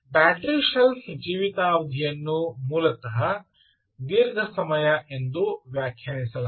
battery shelf ಜೀವಿತಾವಧಿಯನ್ನು ಮೂಲತಃ ದೀರ್ಘ ಸಮಯ ಎಂದು ವ್ಯಾಖ್ಯಾನಿಸಲಾಗಿದೆ